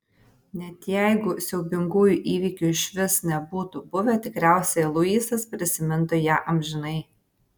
net jeigu siaubingųjų įvykių išvis nebūtų buvę tikriausiai luisas prisimintų ją amžinai